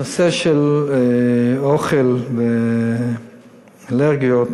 הנושא של אוכל ואלרגיות